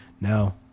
no